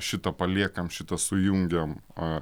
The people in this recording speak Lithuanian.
šitą paliekam šitą sujungiam a